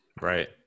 right